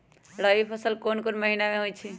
रबी फसल कोंन कोंन महिना में होइ छइ?